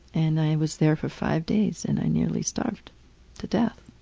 and i was there for five days. and i nearly starved to death.